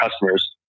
customers